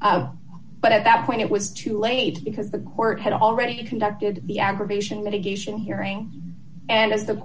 but at that point it was too late because the court had already conducted the aggravation mitigation hearing and as the